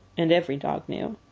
and every dog knew,